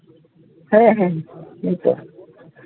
ᱦᱮᱸ ᱦᱮᱸ ᱦᱳᱭ ᱛᱚ